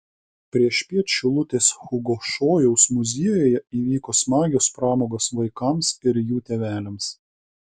priešpiet šilutės hugo šojaus muziejuje įvyko smagios pramogos vaikams ir jų tėveliams